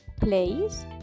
place